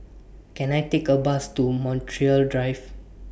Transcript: Can I Take A Bus to Montreal Drive